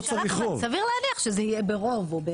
סביר להניח שזה יהיה ברוב.